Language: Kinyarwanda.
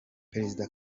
perezida